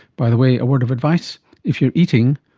by the way, a word of advice if you're eating,